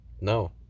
No